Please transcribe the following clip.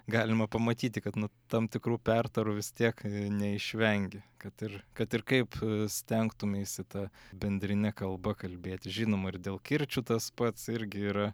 galima pamatyti kad nu tam tikrų pertarų vis tiek neišvengi kad ir kad ir kaip stengtumeisi ta bendrine kalba kalbėti žinoma ir dėl kirčių tas pats irgi yra